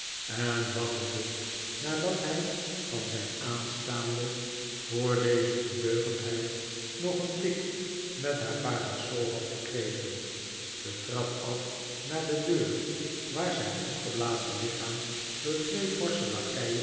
en waggelde nadat hij van zijn aanstaande voor deze ondeugendheid nog een tik met haar parasol had gekregen de trap af naar de deur waar zijn opgeblazen lichaam door twee